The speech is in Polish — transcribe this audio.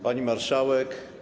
Pani Marszałek!